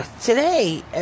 today